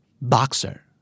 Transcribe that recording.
Boxer